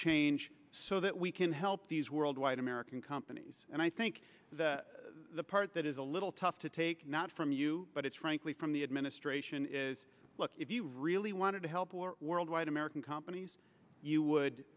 change so that we can help these worldwide american companies and i think the part that is a little tough to take not from you but it's frankly from the administration is look if you really wanted to help worldwide american companies you would